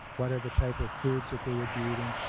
what are the type of fluids that they would be eating.